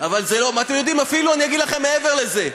אני אפילו אגיד לכם מעבר לזה,